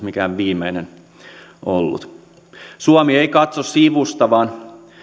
mikään viimeinen ollut suomi ei katso sivusta vaan